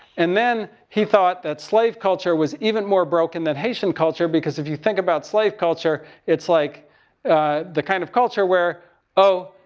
and then he thought that slave culture was even more broken than haitian culture because if you think about slave culture it's like the kind of culture where oh,